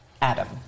Adam